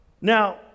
Now